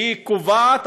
כשהיא קובעת,